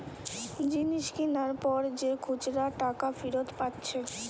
জিনিস কিনার পর যে খুচরা টাকা ফিরত পাচ্ছে